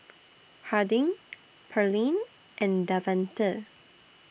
Harding Pearline and Davante